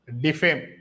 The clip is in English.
Defame